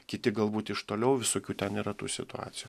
kiti galbūt iš toliau visokių ten yra tų situacijų